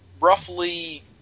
roughly